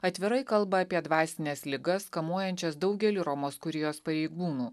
atvirai kalba apie dvasines ligas kamuojančias daugelį romos kurijos pareigūnų